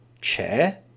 Chair